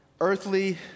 earthly